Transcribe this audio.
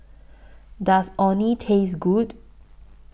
Does Orh Nee Taste Good